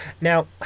Now